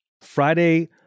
Friday